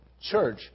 church